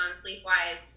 sleep-wise